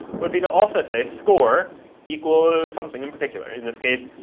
would be to also say, score equals something in particular. in this case,